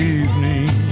evening